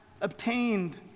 obtained